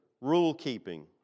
rule-keeping